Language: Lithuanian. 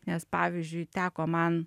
nes pavyzdžiui teko man